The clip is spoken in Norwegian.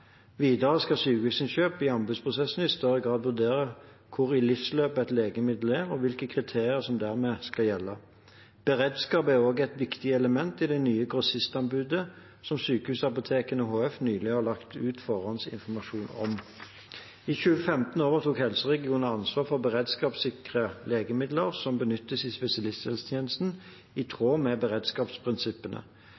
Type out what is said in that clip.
Videre skal Sykehusinnkjøp i anbudsprosessene i større grad vurdere hvor i livsløpet et legemiddel er, og hvilke kriterier som dermed skal gjelde. Beredskap er også et viktig element i det nye grossistanbudet, som Sykehusapotekene HF nylig har lagt ut forhåndsinformasjon om. I 2015 overtok helseregionene ansvaret for å beredskapssikre legemidler som benyttes i spesialisthelsetjenesten, i